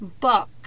book